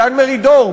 דן מרידור,